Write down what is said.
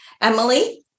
Emily